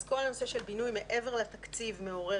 אז כל הנושא של בינוי מעבר לתקציב מעורר